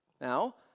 Now